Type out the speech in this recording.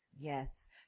Yes